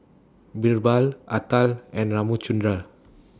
Birbal Atal and Ramchundra